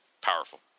powerful